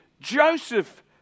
Joseph